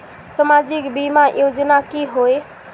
सामाजिक बीमा योजना की होय?